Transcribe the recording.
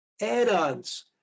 add-ons